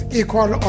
equal